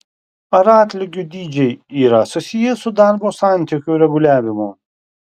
ar atlygių dydžiai yra susiję su darbo santykių reguliavimu